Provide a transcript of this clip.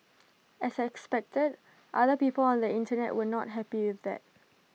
as expected other people on the Internet were not happy with that